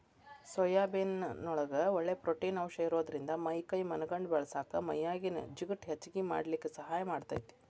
soybean ನೊಳಗ ಒಳ್ಳೆ protein ಅಂಶ ಇರೋದ್ರಿಂದ ಮೈ ಕೈ ಮನಗಂಡ ಬೇಳಸಾಕ ಮೈಯಾಗಿನ ಜಿಗಟ್ ಹೆಚ್ಚಗಿ ಮಾಡ್ಲಿಕ್ಕೆ ಸಹಾಯ ಮಾಡ್ತೆತಿ